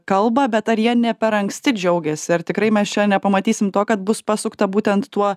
kalba bet ar jie ne per anksti džiaugiasi ar tikrai mes čia nepamatysim to kad bus pasukta būtent tuo